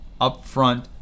upfront